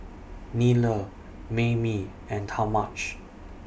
Nile Maymie and Talmage